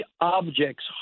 objects